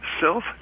self